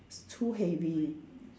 it's too heavy